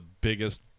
biggest